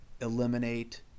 eliminate